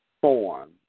form